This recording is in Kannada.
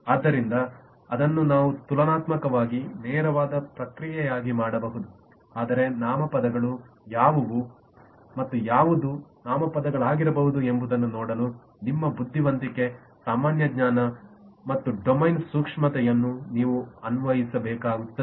ಆದ್ದರಿಂದ ಅದುನ್ನು ನೀವು ತುಲನಾತ್ಮಕವಾಗಿ ನೇರವಾದ ಪ್ರಕ್ರಿಯೆಯಾಗಿ ಮಾಡಬಹುದು ಆದರೆ ನಾಮಪದಗಳು ಯಾವುವು ಮತ್ತು ಯಾವುದು ನಾಮಪದಗಳಾಗಿರಬಾರದು ಎಂಬುದನ್ನು ನೋಡಲು ನಿಮ್ಮ ಬುದ್ಧಿವಂತಿಕೆ ಸಾಮಾನ್ಯ ಜ್ಞಾನ ಮತ್ತು ಡೊಮೇನ್ ಸೂಕ್ಷ್ಮತೆಯನ್ನು ನೀವು ಅನ್ವಯಿಸಬೇಕಾಗುತ್ತದೆ